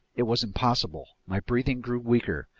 it was impossible. my breathing grew weaker.